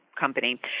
company